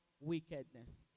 wickedness